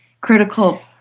critical